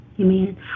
Amen